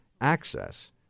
access